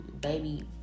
baby